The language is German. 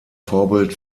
vorbild